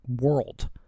world